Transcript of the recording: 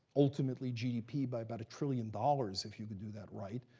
ultimately, gdp by about a trillion dollars, if you could do that right.